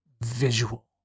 visual